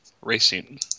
racing